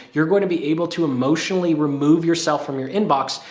you're going to be able to emotionally remove yourself from your inbox,